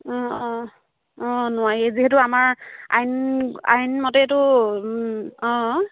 অঁ অঁ অঁ নোৱাৰি যিহেতু আমাৰ আইন আইন মতেইটো অঁ